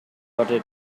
lotte